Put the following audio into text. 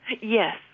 Yes